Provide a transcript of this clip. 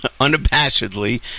unabashedly